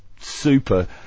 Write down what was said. super